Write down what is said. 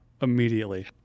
immediately